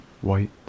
white